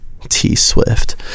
T-Swift